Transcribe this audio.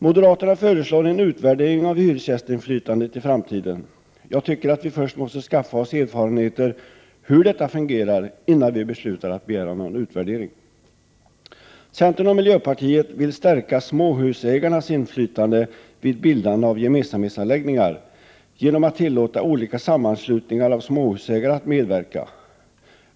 Moderaterna föreslår en utvärdering av hyresgästinflytandet i framtiden. Jag tycker att vi först måste skaffa oss erfarenheter hur detta fungerar innan vi beslutar att begära någon utvärdering. Centern och miljöpartiet vill stärka småhusägarnas inflytande vid bildande av gemensamhetsanläggningar genom att tillåta olika sammanslutningar av småhusägare att medverka.